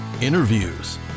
interviews